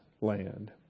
land